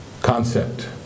concept